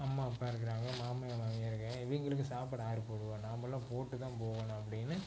அம்மா அப்பா இருக்கிறாங்க மாமனார் மாமியார் இருக்காங்க இவங்களுக்கு சாப்பாடு ஆக்கி போடுவோம் நாம் தான் போட்டு தான் போகணும் அப்படின்னு